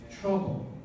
trouble